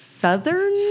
Southern